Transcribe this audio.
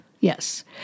Yes